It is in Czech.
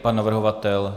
Pan navrhovatel?